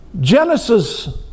Genesis